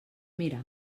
mirar